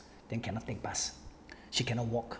then cannot take bus she cannot walk